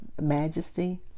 majesty